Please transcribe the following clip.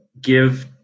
give